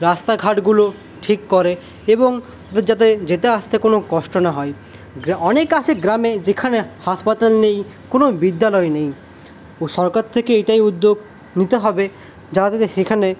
রাস্তাঘাটগুলো ঠিক করে এবং যাতে যেতে আসতে কোন কষ্ট না হয় অনেক আছে গ্রামে যেখানে হাসপাতাল নেই কোন বিদ্যালয় নেই তো সরকার থেকে এটাই উদ্যোগ নিতে হবে যাতে সেখানে